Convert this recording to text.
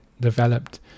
developed